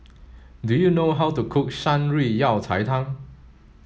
do you know how to cook Shan Rui Yao Cai Tang